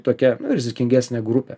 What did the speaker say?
tokia rizikingesnė grupė